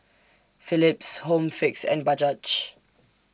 Philips Home Fix and Bajaj